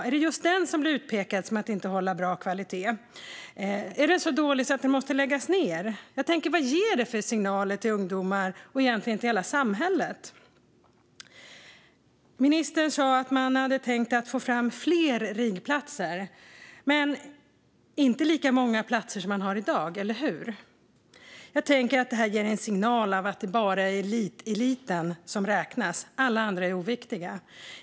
Är det just den som kommer att bli utpekad för att inte hålla bra kvalitet? Är den så dålig att den måste läggas ned? Vilka signaler ger det till ungdomar och egentligen till hela samhället? Ministern sa att man hade tänkt få fram fler RIG-platser, men inte lika många platser som det är i dag, eller hur? Jag tänker att det ger en signal om att det bara är eliteliten som räknas och att alla andra är oviktiga.